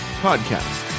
podcast